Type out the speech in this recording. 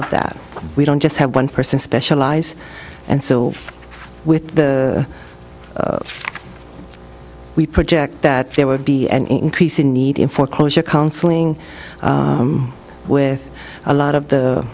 of that we don't just have one person specialize and so with the we project that there would be an increasing need in foreclosure counseling with a lot of the